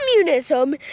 communism